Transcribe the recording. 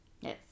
Yes